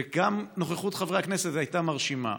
וגם הנוכחות חברי הכנסת הייתה מרשימה.